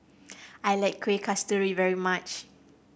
I like Kueh Kasturi very much